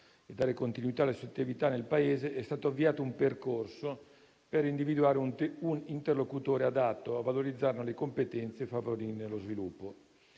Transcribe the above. e dare continuità alle sue attività nel Paese, è stato avviato un percorso per individuare un interlocutore adatto a valorizzarne le competenze e a favorirne lo sviluppo.